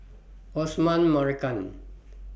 Osman Merican